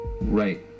Right